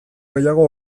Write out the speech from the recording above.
gehiago